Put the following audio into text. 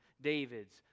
David's